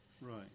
Right